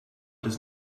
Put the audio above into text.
does